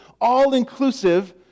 all-inclusive